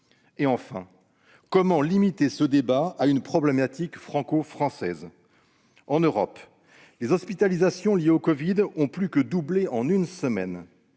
Enfin, comment peut-on limiter ce débat à une problématique franco-française ? En Europe, les hospitalisations liées au covid-19 ont plus que doublé en une semaine.